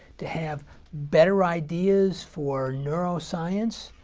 to have better ideas for neuroscience.